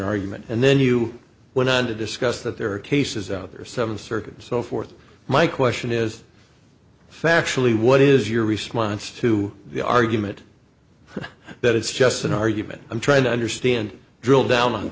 argument and then you went on to discuss that there are cases out there seven circuit so forth my question is factually what is your response to the argument that it's just an argument i'm trying to understand drill down on